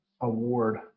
award